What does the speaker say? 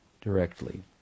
directly